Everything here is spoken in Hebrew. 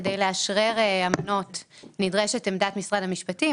כדי לאשרר אמנות נדרשת עמדת משרד המשפטים.